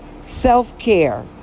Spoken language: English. self-care